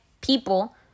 people